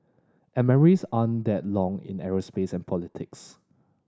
aren't that long in aerospace and politics